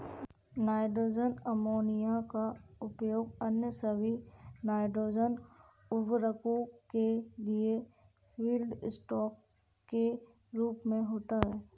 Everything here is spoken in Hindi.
नाइट्रोजन अमोनिया का उपयोग अन्य सभी नाइट्रोजन उवर्रको के लिए फीडस्टॉक के रूप में होता है